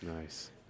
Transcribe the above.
Nice